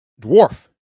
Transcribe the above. dwarf